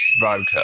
vodka